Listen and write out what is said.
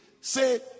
say